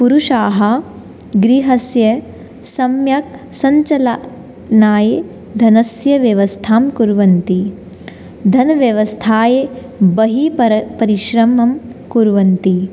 पुरुषाः गृहस्य सम्यक् सञ्चालनाय धनस्य व्यवस्थां कुर्वन्ति धनव्यवस्थाय बहिः परिश्रमं कुर्वन्ति